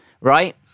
right